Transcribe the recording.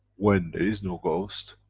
when there is no ghost,